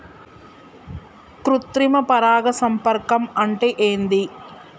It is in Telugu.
కృత్రిమ పరాగ సంపర్కం అంటే ఏంది?